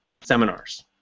seminars